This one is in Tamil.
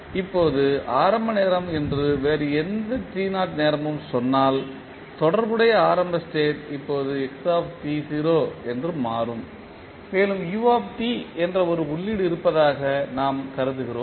இப்போது ஆரம்ப நேரம் என்று வேறு எந்த நேரமும் சொன்னால் தொடர்புடைய ஆரம்ப ஸ்டேட் இப்போது x ஆக மாறும் மேலும் என்ற ஒரு உள்ளீடு இருப்பதாக நாம் கருதுகிறோம்